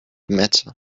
matter